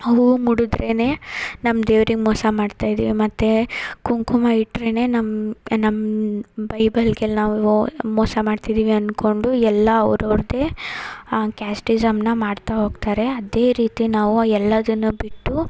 ಹೂ ಮುಡಿದ್ರೇನೇ ನಮ್ಮ ದೇವ್ರಿಗೆ ಮೋಸ ಮಾಡ್ತಾ ಇದ್ದೀವಿ ಮತ್ತು ಕುಂಕುಮ ಇಟ್ರೇ ನಮ್ಮ ನಮ್ಮ ಬೈಬಲ್ಗೆ ನಾವು ಮೋಸ ಮಾಡ್ತಿದ್ದೀವಿ ಅಂದ್ಕೊಂಡು ಎಲ್ಲ ಅವರವ್ರ್ದೇ ಆ ಕ್ಯಾಸ್ಟಿಸಮನ್ನ ಮಾಡ್ತಾ ಹೋಗ್ತಾರೆ ಅದೇ ರೀತಿ ನಾವು ಎಲ್ಲವನ್ನು ಬಿಟ್ಟು